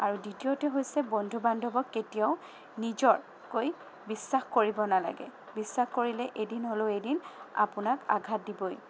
আৰু দ্বিতীয়তে হৈছে বন্ধু বান্ধৱক কেতিয়াও নিজতকৈ বিশ্বাস কৰিব নালাগে বিশ্বাস কৰিলে এদিন হ'লেও এদিন আপোনাক আঘাত দিবই